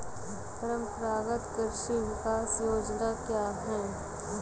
परंपरागत कृषि विकास योजना क्या है?